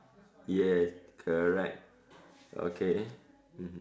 yes correct okay mmhmm